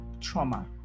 trauma